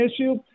issue